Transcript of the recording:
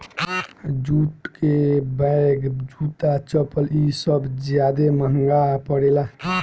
jute के bag, जूता, चप्पल इ सब ज्यादे महंगा परेला